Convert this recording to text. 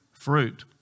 fruit